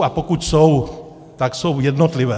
A pokud jsou, tak jsou jednotlivé.